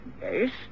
yes